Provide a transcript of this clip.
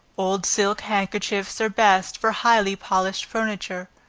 old silk handkerchiefs, are best for highly polished furniture,